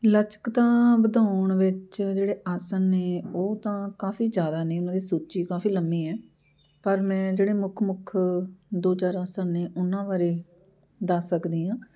ਲਚਕਤਾ ਵਧਾਉਣ ਵਿੱਚ ਜਿਹੜੇ ਆਸਣ ਨੇ ਉਹ ਤਾਂ ਕਾਫ਼ੀ ਜ਼ਿਆਦਾ ਨੇ ਉਹਨਾਂ ਦੀ ਸੂਚੀ ਕਾਫ਼ੀ ਲੰਬੀ ਹੈ ਪਰ ਮੈਂ ਜਿਹੜੇ ਮੁੱਖ ਮੁੱਖ ਦੋ ਚਾਰ ਆਸਣ ਨੇ ਉਹਨਾਂ ਬਾਰੇ ਦੱਸ ਸਕਦੀ ਹਾਂ